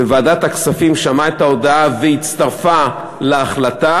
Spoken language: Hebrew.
וועדת הכספים שמעה את ההודעה והצטרפה להחלטה,